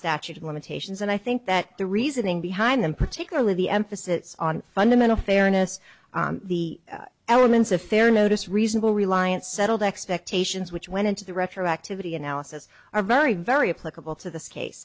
statute of limitations and i think that the reasoning behind them particularly the emphasis on fundamental fairness the elements a fair notice reasonable reliance settled expectations which went into the retroactivity analysis are very very pleasurable to the scase